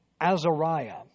Azariah